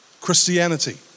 Christianity